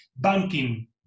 banking